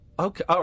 Okay